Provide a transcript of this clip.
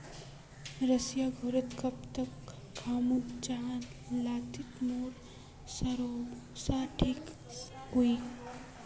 सरिस घोरोत कब तक राखुम जाहा लात्तिर मोर सरोसा ठिक रुई?